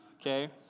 okay